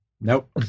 Nope